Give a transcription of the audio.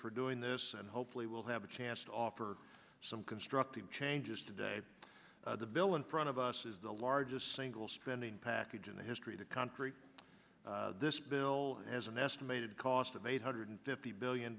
for doing this and hopefully we'll have a chance to offer some constructive changes today the bill in front of us is the largest single spending package in the history the country this bill has an estimated cost of eight hundred fifty billion